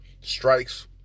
Strikes